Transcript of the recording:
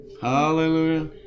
Hallelujah